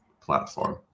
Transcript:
platform